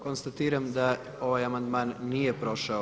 Konstatiram da ovaj amandman nije prošao.